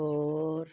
ਤੌਰ